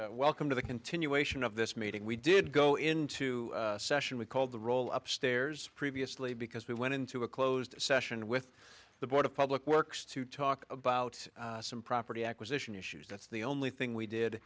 welcome to the continuation of this meeting we did go into session we called the roll up stairs previously because we went into a closed session with the board of public works to talk about some property acquisition issues that's the only thing we did